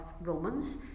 Romans